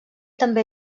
també